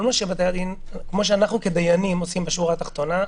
כל מה שבתי הדין כמו שאנחנו כדיינים עושים בשורה התחתונה,